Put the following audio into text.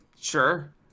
Sure